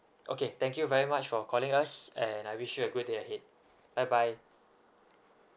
okay thank you very much for calling us and I wish you a good day ahead bye bye